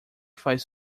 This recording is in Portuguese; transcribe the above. faz